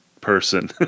person